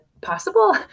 possible